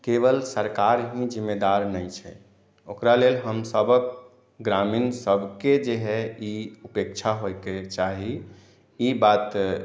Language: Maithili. केवल सरकार ही जिम्मेदार नहि छै ओकरा लेल हम सभहक ग्रामीण सभके जेहै ई उपेक्षा होइके चाही ई बात